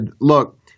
look